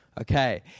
Okay